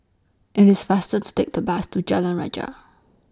IT IS faster to Take The Bus to Jalan Rajah